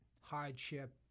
hardship